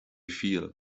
feel